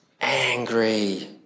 angry